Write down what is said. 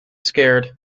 scared